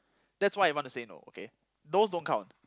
that's why I wanna say no okay those don't count